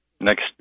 next